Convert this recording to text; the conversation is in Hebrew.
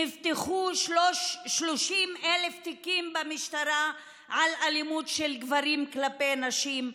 ונפתחו 30,000 תיקים במשטרה על אלימות של גברים כלפי נשים,